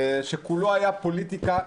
שכולו היה פוליטיקה קטנה.